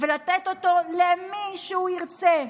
ולתת אותן למי שהוא ירצה,